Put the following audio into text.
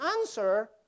answer